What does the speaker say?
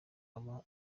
aba